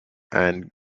and